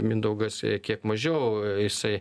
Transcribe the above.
mindaugas kiek mažiau jisai